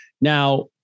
Now